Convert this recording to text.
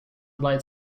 blade